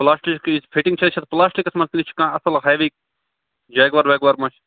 پلاسٹکٕچ fitting چھا sir یہ چھا پلاسٹٕکس منٛز کِنہٕ یہِ چھِ کانٛہہ اصل ہے وِی جیکٚوار ویٚکوار ما چھِ